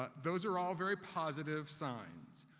but those are all very positive signs.